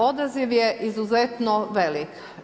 Odaziv je izuzetno velik.